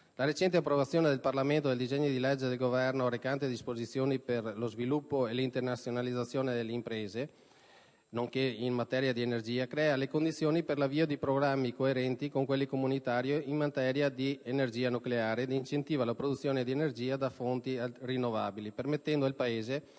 la recente approvazione dal Parlamento del disegno di legge del Governo recante disposizioni per lo sviluppo e l'internazionalizzazione delle imprese nonché in materia di energia crea le condizioni per l'avvio di programmi coerenti con quelli comunitari in materia di energia nucleare ed incentiva la produzione di energia da fonti rinnovabili permettendo al Paese di